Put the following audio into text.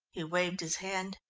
he waved his hand,